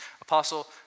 Apostle